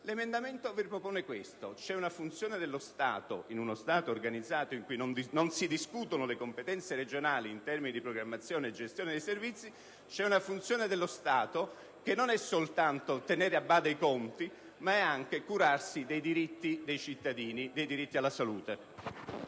L'emendamento propone questo: una funzione dello Stato - in uno Stato organizzato in cui non si discutono le competenze regionali in termini di programmazione e gestione dei servizi - che non è soltanto quella di tenere a bada i conti, ma anche quella di curarsi del diritto alla salute